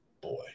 boy